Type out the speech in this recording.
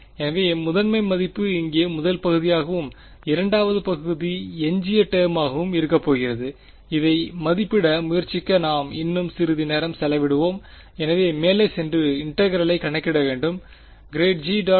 எனவே முதன்மை மதிப்பு இங்கே முதல் பகுதியாகவும் இரண்டாவது பகுதி எஞ்சிய டெர்மாக இருக்கப்போகிறது இதை மதிப்பிட முயற்சிக்க நாம் இன்னும் சிறிது நேரம் செலவிடுவோம் எனவே மேலே சென்று இன்டெகிரெளை கணக்கிட வேண்டும் ∇g